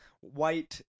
white